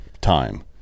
time